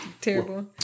terrible